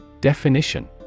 Definition